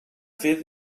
fer